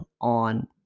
on